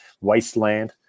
wasteland